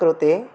कृते